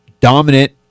dominant